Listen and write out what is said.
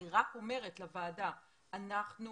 אני אומרת לוועדה שאנחנו